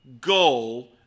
goal